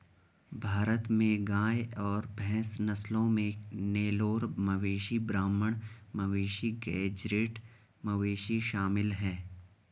भारत में गाय और भैंस नस्लों में नेलोर मवेशी ब्राह्मण मवेशी गेज़रैट मवेशी शामिल है